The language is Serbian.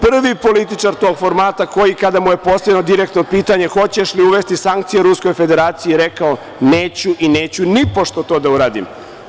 Prvi političar tog formata koji, kada mu je postavljeno direktno pitanje – hoćeš li uvesti sankcije Ruskoj Federaciji, rekao je – neću i neću nipošto to da uradim.